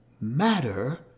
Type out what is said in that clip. matter